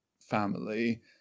family